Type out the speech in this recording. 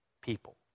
people